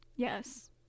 yes